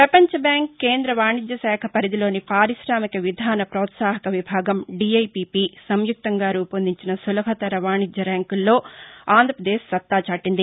ప్రపంచ బ్యాంకు కేంద్ర వాణిజ్యశాఖ పరిధిలోని పార్కాశామిక విధాన ప్రోత్సాహక విభాగం డీఐపీపీ సంయుక్తంగా రూపొందించిన సులభతర వాణిజ్య ర్యాంకుల్లో ఆంధ్రప్రదేశ్ సత్తాచాటింది